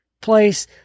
place